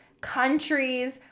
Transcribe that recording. countries